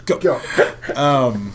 go